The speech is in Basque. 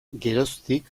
geroztik